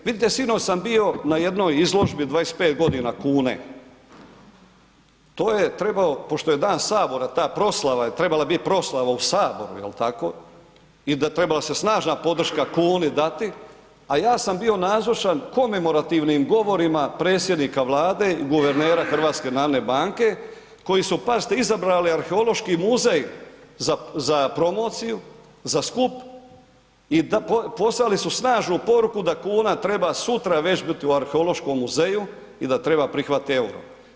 Vidite sinoć sam bio na jednoj izložbi 25 godina kune, to je trebalo, pošto je Dan Sabora ta proslava je trebala biti proslava u Saboru i trebala se snažna podrška kuni dati a ja sam bio nazočan komemorativnim govorima predsjednika Vlade i guvernera HNB-a koji su pazite izabrali Arheološki muzej za promociju, za skup i poslali su snažnu poruku da kuna treba sutra već biti u Arheološkom muzeju i da treba prihvatiti euro.